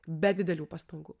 be didelių pastangų